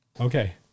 Okay